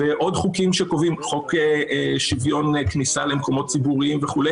חוק שוויון כניסה למקומות ציבוריים וכו',